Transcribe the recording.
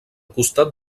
costat